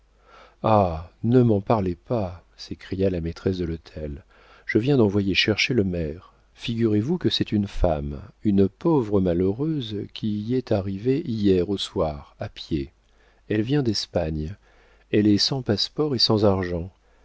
ah ne m'en parlez pas s'écria la maîtresse de l'hôtel je viens d'envoyer chercher le maire figurez-vous que c'est une femme une pauvre malheureuse qui y est arrivée hier au soir à pied elle vient d'espagne elle est sans passe-port et sans argent